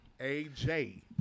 A-J